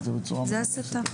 זה הסתה.